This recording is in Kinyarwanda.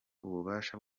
ububasha